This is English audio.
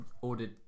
ordered